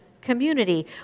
community